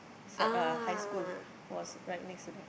sec uh high school was right next to them